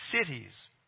cities